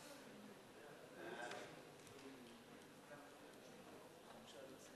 חוק לתיקון פקודת הרוקחים (מס' 22),